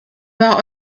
war